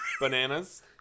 Bananas